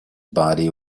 body